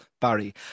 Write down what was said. Barry